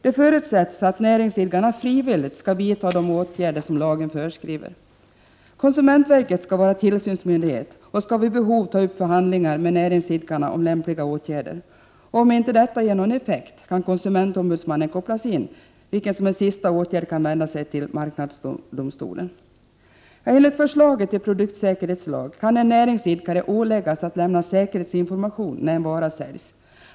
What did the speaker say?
Det förutsätts att näringsidkarna frivilligt skall vidta de åtgärder som lagen föreskriver. Konsumentverket skall vara tillsynsmyndighet och skall vid behov ta upp förhandlingar med näringsidkarna om lämpliga åtgärder. Om inte detta ger någon effekt kan konsumentombudsmannen kopplas in, vilken som en sista åtgärd kan vända sig till marknadsdomstolen. Enligt förslaget till produktsäkerhetslag kan en näringsidkare åläggas att lämna säkerhetsinformation när en vara säljs.